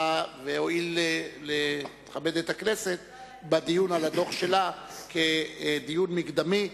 והואיל לכבד את הכנסת בדיון שלה על הדוח כדיון מקדמי.